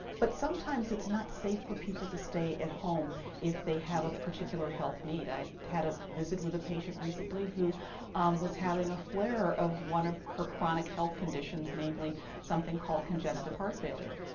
but sometimes it's not safe for people to stay at home if they have a particular health need. i had a visit with a patient recently who was having a flare of one of her chronic health conditions, namely something called congestive heart failure.